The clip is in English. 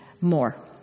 More